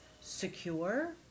secure